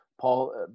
Paul